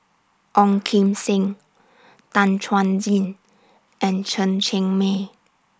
Ong Kim Seng Tan Chuan Jin and Chen Cheng Mei